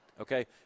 okay